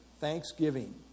Thanksgiving